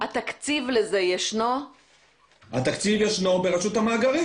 התקציב קיים ברשות המאגרים.